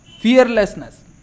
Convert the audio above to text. Fearlessness